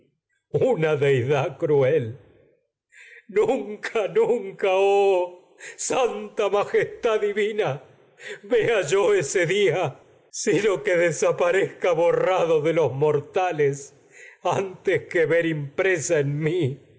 una deidad cruel nunca nunca día sino tes olí santa majestad divina los vea yo ese que desaparezca borrado de mí mortales an que ver impresa en la